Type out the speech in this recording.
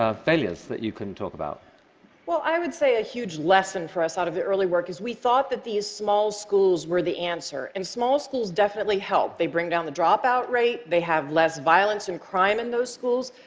ah failures that you can talk about? mg well, i would say a huge lesson for us out of the early work is we thought that these small schools were the answer, and small schools definitely help. they bring down the dropout rate. they have less violence and crime in those schools.